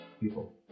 people